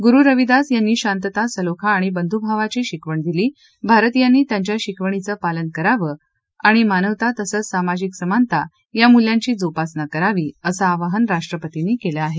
गुरू रविदास यांनी शांतता सलोखा आणि बंधुभावाची शिकवण दिली भारतीयांनी त्यांच्या शिकवणीचं पालन करावं आणि मानवता तसंच सामाजिक समानता या मूल्यांची जोपासना करावी असं आवाहन राष्ट्रपतींनी केलं आहे